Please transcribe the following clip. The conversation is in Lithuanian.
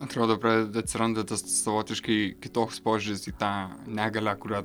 atrodo pradeda atsiranda tas savotiškai kitoks požiūris į tą negalią kurią